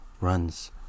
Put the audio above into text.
runs